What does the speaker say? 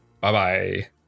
Bye-bye